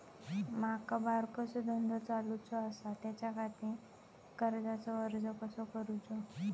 माका बारकोसो धंदो घालुचो आसा त्याच्याखाती कर्जाचो अर्ज कसो करूचो?